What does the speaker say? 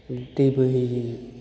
दै बोहैहोयो